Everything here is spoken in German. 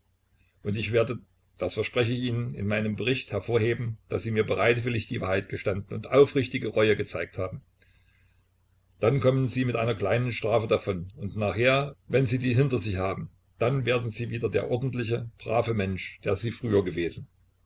und ich werde das verspreche ich ihnen in meinem bericht hervorheben daß sie mir bereitwillig die wahrheit gestanden und aufrichtige reue gezeigt haben dann kommen sie mit einer kleinen strafe davon und nachher wenn sie die hinter sich haben dann werden sie wieder der ordentliche brave mensch der sie früher gewesen